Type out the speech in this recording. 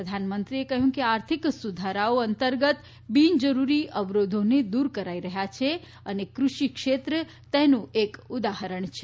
પ્રધાનમંત્રીએ કહ્યું કે આર્થિક સુધારાઓ અંતર્ગત બિનજરૂરી અવરોધોને દૂર કરાઇ રહ્યા છે અને કૃષિ ક્ષેત્ર તેનું એક ઉદાહરણ છે